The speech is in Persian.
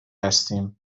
هستیم